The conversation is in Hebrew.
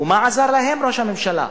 ומה עזר להם ראש הממשלה?